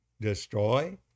destroy